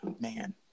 Man